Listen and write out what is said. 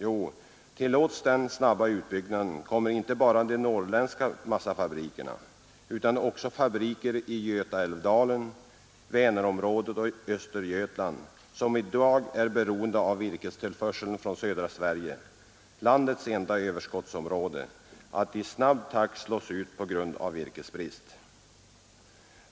Jo, tillåts denna snabba utbyggnad kommer inte bara de norrländska massafabrikerna, utan också fabriker i Götaälvdalen, Vänerområdet och Östergötland, som i dag är beroende av virkestillförsel från södra Sverige — landets enda överskottsområde — att i snabb takt slås ut på grund av virkesbrist.